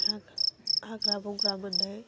हां हाग्रा बंग्रा मोननाय